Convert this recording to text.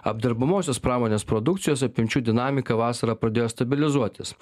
apdirbamosios pramonės produkcijos apimčių dinamika vasarą pradėjo stabilizuotis